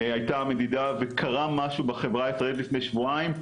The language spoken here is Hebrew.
הייתה מדידה וקרה משהו בחברה הישראלית לפני שבועיים,